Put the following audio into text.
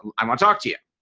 i want to talk to you.